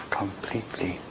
completely